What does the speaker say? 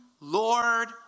Lord